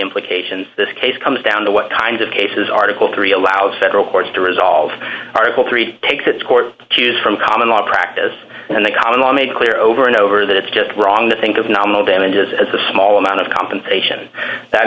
implications this case comes down to what kinds of cases article three allows federal courts to resolve article three takes its court choose from common law practice and the common law made clear over and over that it's just wrong to think of nominal damages as a small amount of compensation that